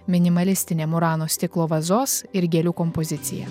minimalistinė murano stiklo vazos ir gėlių kompozicija